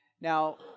Now